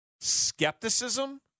skepticism